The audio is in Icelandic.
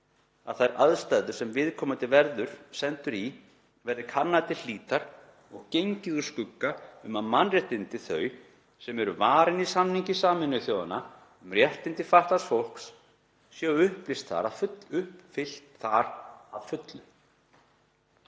að þær aðstæður sem viðkomandi verður sendur í verði kannaðar til hlítar og gengið úr skugga um að mannréttindi þau sem eru varin í samningi Sameinuðu þjóðanna um réttindi fatlaðs fólks, séu uppfyllt þar að fullu.